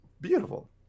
beautiful